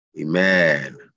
Amen